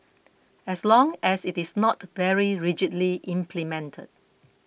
as long as it is not very rigidly implemented